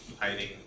hiding